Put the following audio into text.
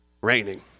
raining